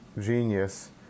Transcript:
genius